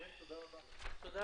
הישיבה ננעלה בשעה 10:25.